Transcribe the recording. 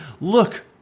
Look